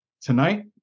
Tonight